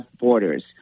borders